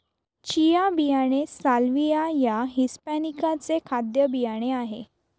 chia बियाणे Salvia या hispanica चे खाद्य बियाणे आहे